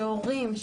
של הורים,